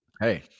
Hey